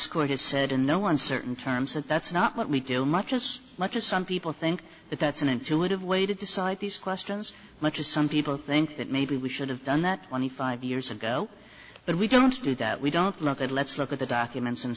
this court has said in no uncertain terms that that's not what we do much as much as some people think that that's an intuitive way to decide these questions much as some people think that maybe we should have done that twenty five years ago but we don't do that we don't look at let's look at the documents and